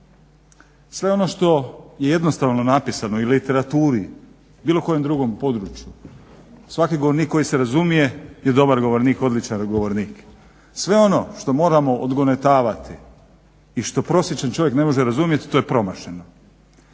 Sve ono što je jednostavno napisano i literaturi, bilo kojem drugom području. Svaki govornik koji se razumije je dobar govornik, odličan govornik, sve ono što moramo odgonetavati i što prosječan čovjek ne može razumjeti to je promašeno.